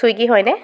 Swiggy হয়নে